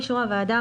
באישור הוועדה,